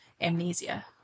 amnesia